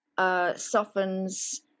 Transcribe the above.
Softens